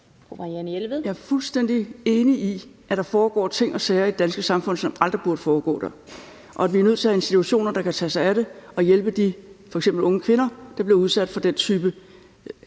Jeg er fuldstændig enig i, at der foregår ting og sager i det danske samfund, som aldrig burde foregå der, og at vi er nødt til at have institutioner, der kan tage sig af det og hjælpe f.eks. de unge kvinder, der bliver udsat for den type